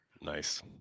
Nice